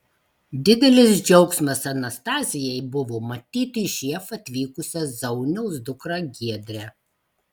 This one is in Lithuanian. didelis džiaugsmas anastazijai buvo matyti iš jav atvykusią zauniaus dukrą giedrę